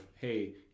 hey